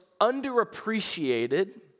underappreciated